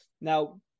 Now